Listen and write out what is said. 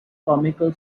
comical